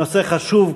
נושא חשוב,